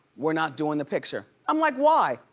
we're not doing the picture. i'm like, why?